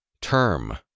term